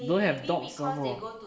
don't have dog some more